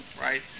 right